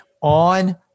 on